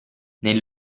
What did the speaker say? nel